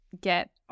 get